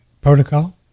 protocol